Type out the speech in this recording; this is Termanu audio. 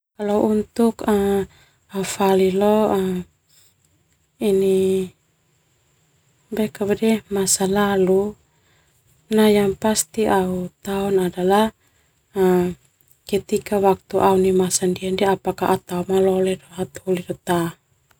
Fali leo masa lalu na pasti au tao ndia sona ketika au nai masa ndia au tao malole do ta.